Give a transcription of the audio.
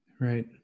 Right